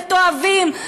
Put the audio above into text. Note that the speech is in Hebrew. מתועבים?